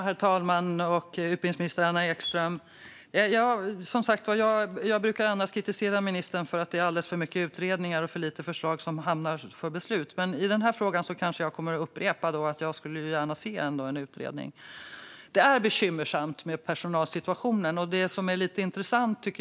Herr talman och utbildningsminister Anna Ekström! Som sagt brukar jag annars kritisera ministern för att det är alldeles för mycket utredningar och för lite förslag som hamnar för beslut. Men i den här frågan kanske jag kommer att upprepa att jag ändå gärna skulle se en utredning. Personalsituationen är bekymmersam.